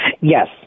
Yes